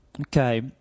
Okay